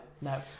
no